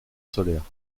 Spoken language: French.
solaires